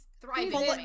thriving